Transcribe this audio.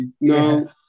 no